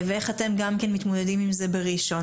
ואיך אתם גם כן מתמודדים עם זה בראשון.